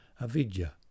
avidya